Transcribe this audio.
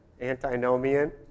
Antinomian